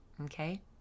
Okay